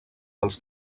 dels